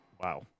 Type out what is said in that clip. Wow